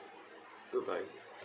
goodbye